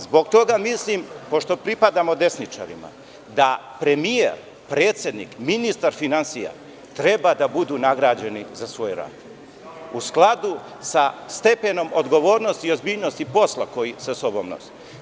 Zbog toga mislim, pošto pripadamo desničarima, da premijer, predsednik, ministar finansija trebajuda budu nagrađeni za svoj rad u skladu sa stepenom odgovornosti, ozbiljnosti posla koji sa sobom nose.